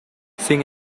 sin